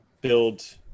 build